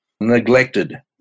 neglected